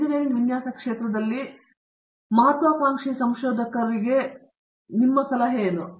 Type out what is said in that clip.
engineering ವಿನ್ಯಾಸ ಕ್ಷೇತ್ರದಲ್ಲಿ ಸಂಶೋಧಕರು ಆಗಬೇಕೆಂದು ಬಯಸುವ ವಿದ್ಯಾರ್ಥಿಗಳಿಗೆ ನಿಮ್ಮ ಸಲಹೆ ಏನು